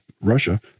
Russia